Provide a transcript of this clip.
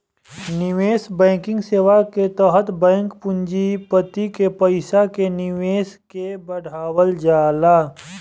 निवेश बैंकिंग सेवा के तहत बैंक पूँजीपति के पईसा के निवेश के बढ़ावल जाला